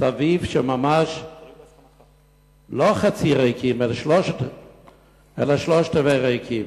סביב שהם לא חצי ריקים אלא שלושה-רבעים מהם ריקים.